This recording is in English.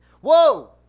Whoa